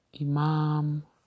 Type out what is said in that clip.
Imam